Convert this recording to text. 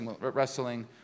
wrestling